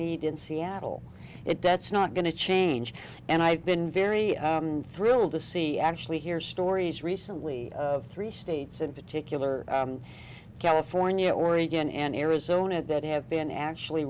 need in seattle it that's not going to change and i've been very thrilled to see actually hear stories recently of three states in particular california oregon and arizona that have been actually